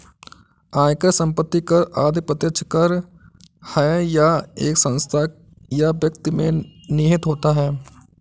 आयकर, संपत्ति कर आदि प्रत्यक्ष कर है यह एक संस्था या व्यक्ति में निहित होता है